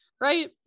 right